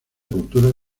cultura